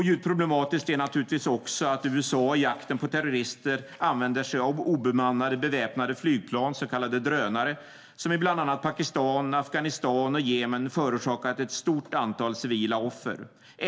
Djupt problematiskt är naturligtvis också att USA i jakten på terrorister använder sig av obemannade beväpnade flygplan, så kallade drönare, som i bland annat Pakistan, Afghanistan och Jemen förorsakat ett stort antal civila offer.